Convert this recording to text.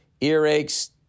Earaches